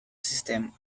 system